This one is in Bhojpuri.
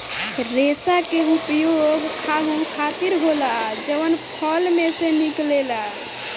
रेसा के उपयोग खाहू खातीर होला जवन फल में से निकलेला